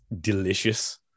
delicious